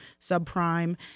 subprime